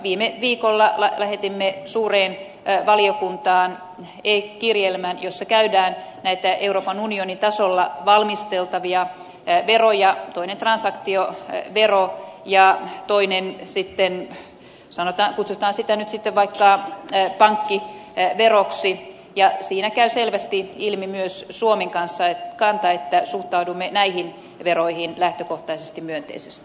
viime viikolla lähetimme suureen valiokuntaan e kirjelmän jossa käsitellään näitä euroopan unionin tasolla valmisteltavia veroja joista toinen on transaktio vero ja kutsutaan toista nyt vaikka pankkiveroksi ja siinä käy selvästi ilmi myös suomen kanta että suhtaudumme näihin veroihin lähtökohtaisesti myönteisesti